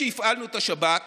השב"כ